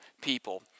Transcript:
people